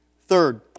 Third